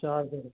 चार जण